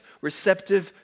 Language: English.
receptive